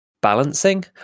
balancing